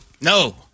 No